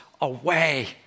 away